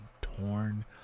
torn